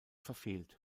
verfehlt